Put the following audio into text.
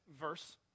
verse